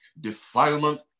Defilement